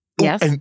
yes